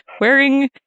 wearing